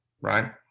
right